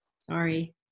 sorry